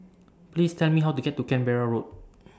Please Tell Me How to get to Canberra Road